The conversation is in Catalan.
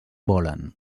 volen